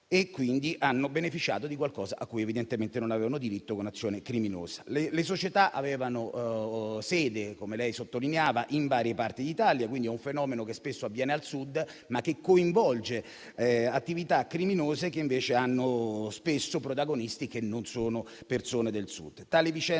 e quindi ha beneficiato di qualcosa a cui evidentemente non aveva diritto con un'azione criminosa. Le società avevano sede - come lei sottolineava - in varie parti d'Italia. È un fenomeno che spesso avviene al Sud, ma che coinvolge attività criminose che invece hanno spesso come protagoniste persone non del Sud.